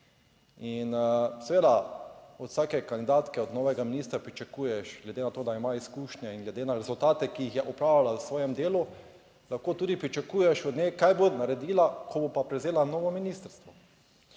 In seveda, od vsake kandidatke, od novega ministra pričakuješ, glede na to, da ima izkušnje in glede na rezultate, ki jih je opravljala v svojem delu, lahko tudi pričakuješ od nje kaj bo naredila, ko bo pa prevzela novo ministrstvo.